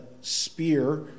spear